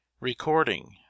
Recording